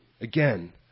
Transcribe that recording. Again